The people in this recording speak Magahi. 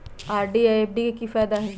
आर.डी आ एफ.डी के कि फायदा हई?